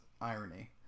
irony